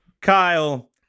Kyle